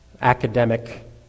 academic